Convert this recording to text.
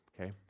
okay